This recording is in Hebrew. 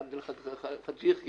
עבד אל חכים חאג' יחיא,